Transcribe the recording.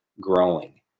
growing